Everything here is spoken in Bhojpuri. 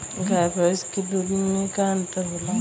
गाय भैंस के दूध में का अन्तर होला?